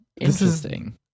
interesting